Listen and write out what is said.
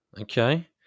Okay